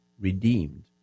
redeemed